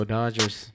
Dodgers